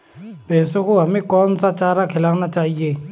भैंसों को हमें कौन सा चारा खिलाना चाहिए?